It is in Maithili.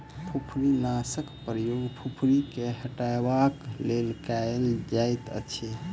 फुफरीनाशकक प्रयोग फुफरी के हटयबाक लेल कयल जाइतअछि